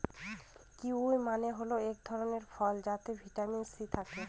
kiwi মানে হল এক ধরনের ফল যাতে ভিটামিন সি থাকে